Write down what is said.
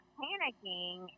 panicking